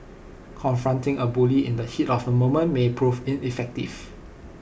confronting A bully in the heat of the moment may prove ineffective